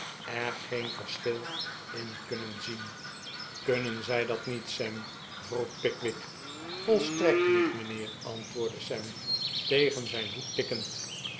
er geen verschil in kunnen zien kunnen zij dat niet sam vroeg pickwick volstrekt niet mijnheer antwoordde sam tegen zijn hoed tikkend